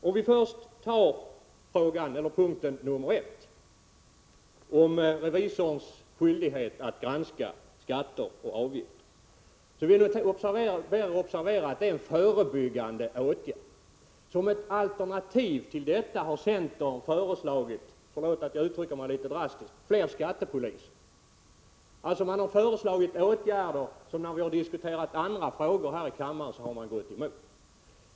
Om vi först tar punkten 1, om revisorns skyldighet att granska skatter och avgifter, ber jag er observera att det är en förebyggande åtgärd. Som ett alternativ till detta har centern föreslagit — förlåt att jag uttrycker mig litet drastiskt — fler skattepoliser. Man har alltså föreslagit en åtgärd av ett slag som man har gått emot när vi har debatterat frågan i andra sammanhang här i riksdagen.